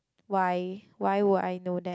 why why would I know that